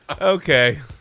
Okay